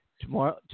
Tomorrow